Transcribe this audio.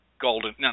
golden